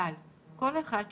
אבל כל אחד ששוחה,